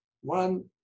one